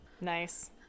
Nice